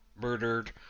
murdered